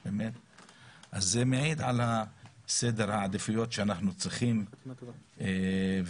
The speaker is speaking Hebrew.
זה מעיד על סדר העדיפויות שאנחנו צריכים ואני